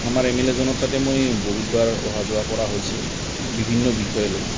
আমাৰ M L A জনৰ তাতে মই বহুতবাৰ অহা যোৱা কৰা হৈছে বিভিন্ন বিষয়লৈ